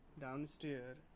downstairs